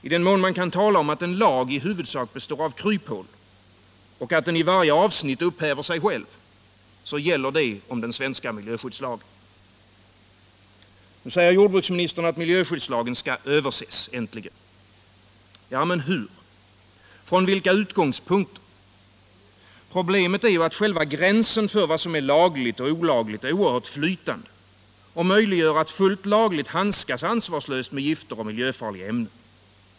I den mån man kan tala om att en lag huvudsakligen består av kryphål och i varje avsnitt upphäver sig själv, så gäller detta om den svenska miljöskyddslagen. Nu säger jordbruksministern att miljöskyddslagen skall överses. Äntligen! Ja, men hur? Från vilka utgångspunkter? Problemet är ju att själva gränsen för vad som är lagligt och olagligt är oerhört flytande och möjliggör att fullt lagligt handskas ansvarslöst med gifter och miljöfarliga ämnen.